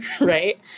Right